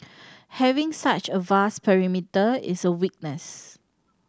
having such a vast perimeter is a weakness